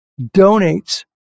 donates